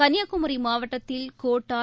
கள்னியாகுமரி மாவட்டத்தில் கோட்டார்